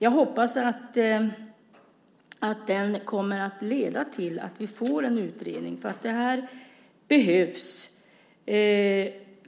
Jag hoppas att det kommer att leda till att vi får en utredning, för det behövs